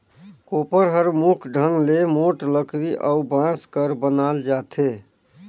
कोपर हर मुख ढंग ले मोट लकरी अउ बांस कर बनाल जाथे